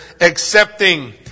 accepting